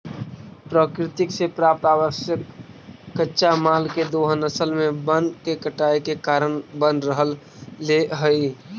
प्रकृति से प्राप्त आवश्यक कच्चा माल के दोहन असल में वन के कटाई के कारण बन रहले हई